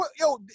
Yo